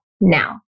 now